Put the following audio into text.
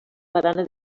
barana